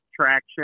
traction